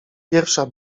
pierwsza